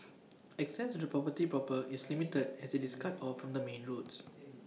access to the property proper is limited as IT is cut off from the main roads